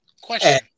Question